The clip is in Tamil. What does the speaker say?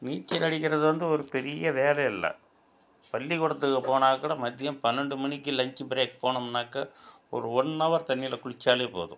நீச்சல் அடிக்கிறது வந்து ஒருப் பெரிய வேலை இல்லை பள்ளிக்கூடத்துக்குப் போனாக் கூட மதியம் பன்னெண்டு மணிக்கு லஞ்சு ப்ரேக் போனோம்னாக்கா ஒரு ஒன் அவர் தண்ணியில் குளிச்சாலேப் போதும்